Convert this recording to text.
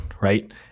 right